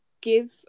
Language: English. give